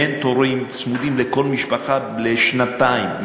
מנטורים צמודים לכל משפחה לשנתיים,